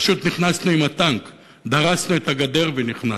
פשוט נכנסנו עם הטנק, דרסנו את הגדר ונכנסנו.